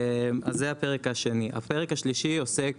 אז זה הפרק השני, הפרק השלישי עוסק